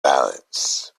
balance